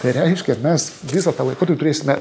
tai reiškia mes visą tą laikotarpį turėsime